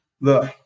look